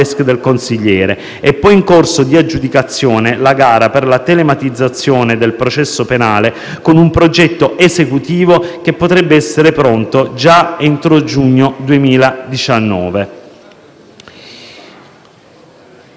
del consigliere. È poi in corso di aggiudicazione la gara per la telematizzazione del processo penale, con un progetto esecutivo che potrebbe essere pronto già entro giugno 2019.